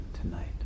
tonight